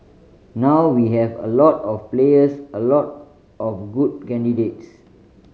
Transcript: now we have a lot of players a lot of good candidates